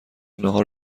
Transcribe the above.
ناهار